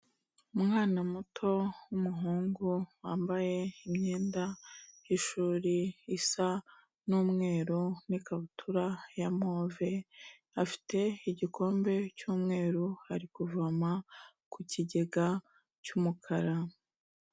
Umwana muto w'umuhungu wambaye imyenda y'ishuri isa n'umweru n'ikabutura ya move, afite igikombe cy'umweru ari kuvoma ku kigega cy'umukara.